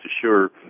assure